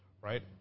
right